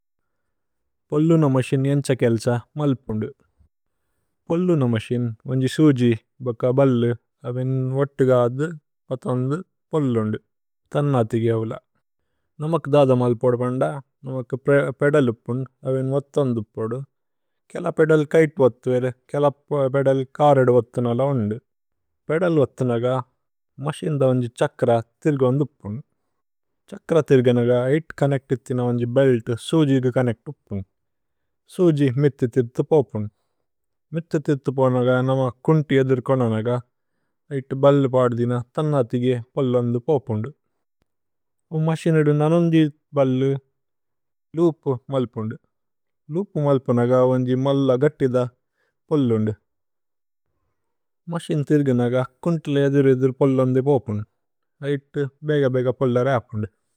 പോല്ലുന മസിന് ഏന്ഛ കേല്സ മല്പുന്ദു। പോല്ലുന മസിന് വന്ജി സുജി ബക ബല്ലു। അവേന് വോത്തു ഗാദു വഥു। വന്ദു പോല്ലുന്ദു തന്ന തിഗേ അവ്ല നമക്। ദാദ മല്പോദു കന്ദ നമക് പേദലു। പുന്ദു അവേന് വോഥു വന്ദു പോദു കേല। പേദലു കൈതു വോഥു വേരേ കേല പേദലു। കരദ വോഥു നല വോന്ദു പേദലു വോഥു। നഗ മസിന്ദ വന്ജി ഛക്ര തിര്ഗു വന്ദു। പുന്ദു ഛ്ഹക്ര തിര്ഗനഗ ഐത് ചോന്നേച്ത്। ഇതിന വന്ജി ബേല്തു സുജി കി ചോന്നേച്ത് ഉപുന്। സുജി മിതി തിര്തു പോപുന് മിതി തിര്തു പോനഗ। നമക് കുന്തി യദുര് കോനനഗ ഐത് ബല്ലു। പദുദിന തന്ന തിഗേ പോല്ലുന്ദു പോപുന്ദു। പോ മസിന് ഇദു നനോന്ജി ബല്ലു ലൂപ് മല്പുന്ദു। ലൂപ് മല്പുനഗ വന്ജി മല്ല ഗത്തിദ। പോല്ലുന്ദു മസിന് തിര്ഗനഗ കുന്തിലേ। യദുര് ഇദുര് പോല്ലുന്ദു പോപുന്ദു ഐത്। ബേഗ ബേഗ പോല്ലര അപുന്ദു।